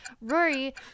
Rory